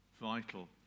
vital